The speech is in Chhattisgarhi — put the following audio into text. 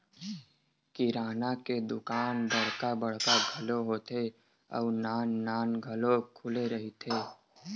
किराना के दुकान बड़का बड़का घलो होथे अउ नान नान घलो खुले रहिथे